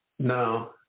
No